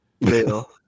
bill